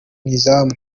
izamu